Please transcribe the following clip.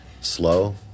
Slow